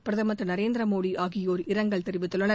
பிரதமர் திரு நரேந்திர மோடி ஆகியோர் இரங்கல் தெரிவித்துள்ளனர்